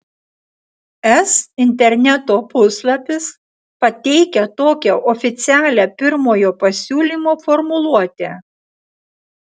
es interneto puslapis pateikia tokią oficialią pirmojo pasiūlymo formuluotę